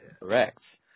Correct